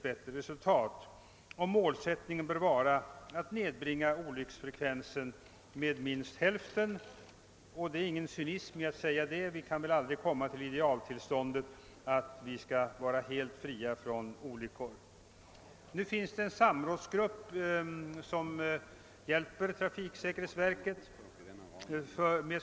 På detta område kunde en parlamentariskt sammansatt utredning mer obundet än ett antal experter rekommendera de lämpligaste åtgärderna i angivna syfte. Herr talman!